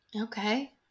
Okay